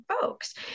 folks